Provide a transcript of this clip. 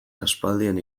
aspaldian